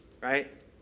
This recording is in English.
right